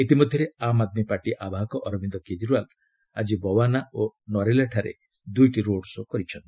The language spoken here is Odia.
ଇତିମଧ୍ୟରେ ଆମ୍ ଆଦମୀ ପାର୍ଟି ଆବାହକ ଅରବିନ୍ଦ କେଜରିଓ୍ବାଲ ଆକି ବୱାନା ଓ ନରେଲାଠାରେ ଦୁଇଟି ରୋଡ୍ ଶୋ' କରିଛନ୍ତି